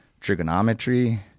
trigonometry